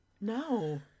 No